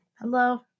Hello